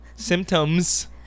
Symptoms